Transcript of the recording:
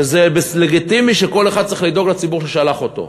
וזה לגיטימי וכל אחד צריך לדאוג לציבור ששלח אותו.